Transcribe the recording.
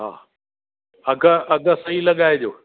हा अघु अघु सही लॻाइजो